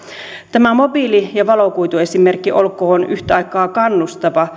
tämä mobiili ja valokuituesimerkki olkoon yhtä aikaa kannustava